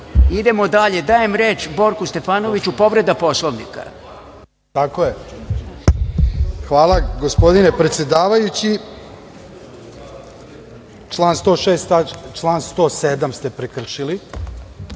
idemo dalje. Dajem reč Borku Stefanoviću, povreda Poslovnika. **Borko Stefanović** Hvala gospodine predsedavajući, član 106, član 107. ste prekršili